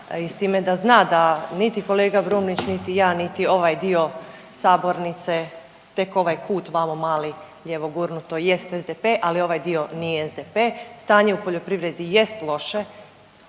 s time da zna da niti kolega Brumnić niti ja niti ovaj dio sabornice, tek ovaj kut malo mali je evo gurnuto, jest SDP, ali ovaj dio SDP. Stanje u poljoprivredi jest loše,